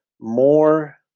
more